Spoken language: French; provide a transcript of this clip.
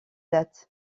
date